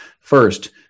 First